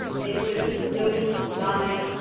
they wouldn't notice was on it.